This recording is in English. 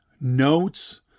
notes